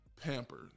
pampered